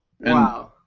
Wow